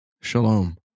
Shalom